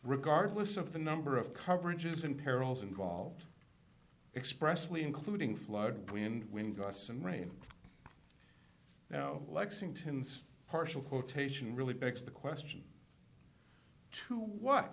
regardless of the number of coverage is in perils involved expressly including flood wind wind gusts and rain now lexington's partial quotation really begs the question to what